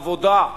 עבודה,